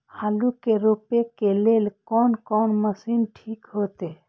आलू के रोपे के लेल कोन कोन मशीन ठीक होते?